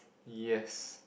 yes